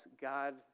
God